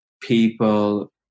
people